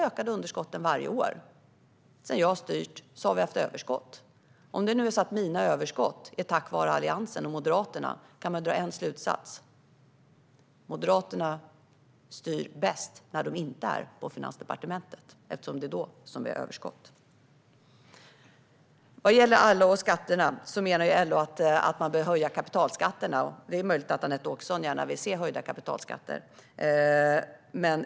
Sedan jag har styrt har vi haft överskott. Om det nu är så att mina överskott är tack vare Alliansen och Moderaterna kan man ju dra en slutsats: Moderaterna styr bäst när de inte sitter på Finansdepartementet, eftersom det är då det blir överskott. När det gäller LO och skatterna menar LO att man bör höja kapitalskatterna, och det är möjligt att Anette Åkesson gärna vill se höjda kapitalskatter.